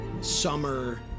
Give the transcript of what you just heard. summer